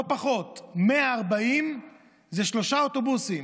לא פחות 140 זה שלושה אוטובוסים,